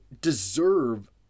deserve